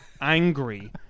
Angry